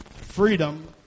Freedom